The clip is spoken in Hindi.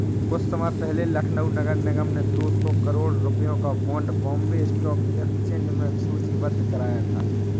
कुछ समय पहले लखनऊ नगर निगम ने दो सौ करोड़ रुपयों का बॉन्ड बॉम्बे स्टॉक एक्सचेंज में सूचीबद्ध कराया था